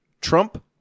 Trump